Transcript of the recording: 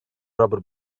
rubber